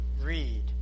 read